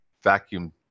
vacuum